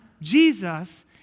Jesus